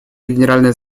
генеральной